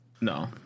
no